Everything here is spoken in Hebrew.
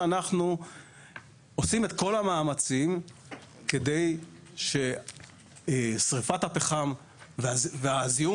אנחנו עושים את כל המאמצים כדי ששריפת הפחם והזיהום